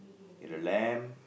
and the lamp